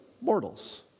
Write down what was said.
mortals